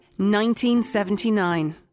1979